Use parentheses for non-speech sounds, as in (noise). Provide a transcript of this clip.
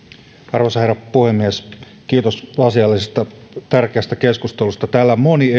arvoisa herra puhemies kiitos asiallisesta tärkeästä keskustelusta täällä moni (unintelligible)